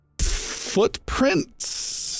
footprints